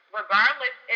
regardless